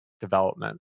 development